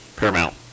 Paramount